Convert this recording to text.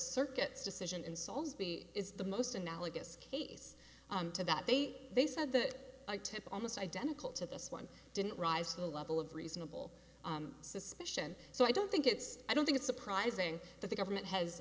circuits decision and soulsby is the most analogous case to that they they said that i took almost identical to this one didn't rise to the level of reasonable suspicion so i don't think it's i don't think it's surprising that the government has